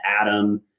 Adam